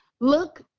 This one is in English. look